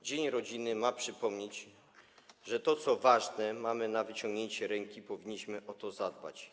Dzień rodziny ma przypomnieć, że to, co ważne, mamy na wyciągnięcie ręki, powinniśmy więc o to zadbać.